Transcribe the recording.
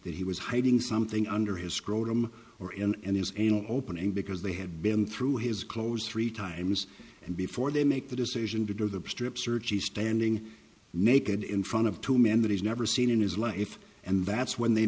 that he was hiding something under his scrotum or in and his anal opening because they had been through his clothes three times and before they make the decision to do the strip search he's standing naked in front of two men that he's never seen in his life and that's when they